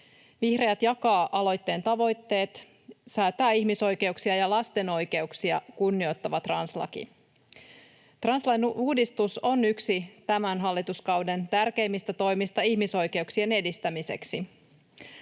Vihreät jakavat aloitteen tavoitteet säätää ihmisoikeuksia ja lasten oikeuksia kunnioittava translaki. Translain uudistus on yksi tämän hallituskauden tärkeimmistä toimista ihmisoikeuksien edistämiseksi.